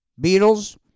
Beatles